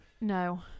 no